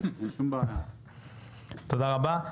תודה רבה.